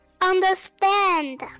understand